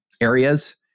areas